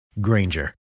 Granger